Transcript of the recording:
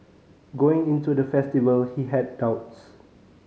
going into the festival he had doubts